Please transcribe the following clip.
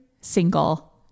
single